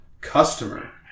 customer